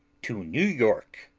to new york